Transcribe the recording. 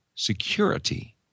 security